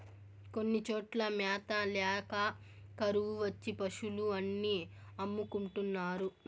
కొన్ని చోట్ల మ్యాత ల్యాక కరువు వచ్చి పశులు అన్ని అమ్ముకుంటున్నారు